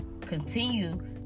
continue